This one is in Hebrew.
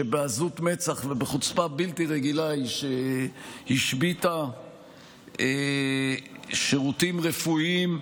שבעזות מצח ובחוצפה בלתי רגילה השביתה שירותים רפואיים,